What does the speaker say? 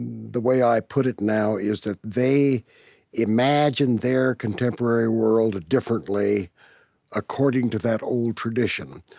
the way i put it now is that they imagined their contemporary world differently according to that old tradition.